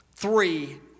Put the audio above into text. Three